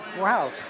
Wow